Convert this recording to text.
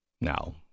Now